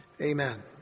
amen